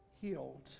healed